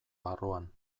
barruan